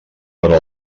però